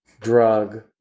drug